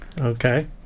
Okay